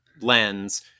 lens